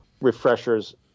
refreshers